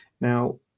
now